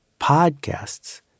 podcasts